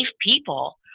people